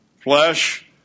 Flesh